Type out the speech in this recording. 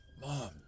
Mom